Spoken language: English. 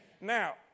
Now